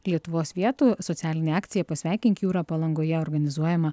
lietuvos vietų socialinė akcija pasveikink jūrą palangoje organizuojama